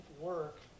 work